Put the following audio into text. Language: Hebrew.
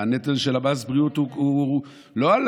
והנטל של מס בריאות לא עלה,